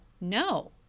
No